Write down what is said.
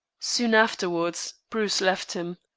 soon afterwards bruce left him.